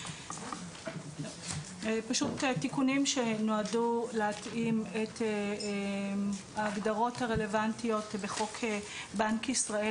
אלה תיקונים שנועדו להתאים את ההגדרות הרלוונטיות בחוק בנק ישראל,